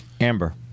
Amber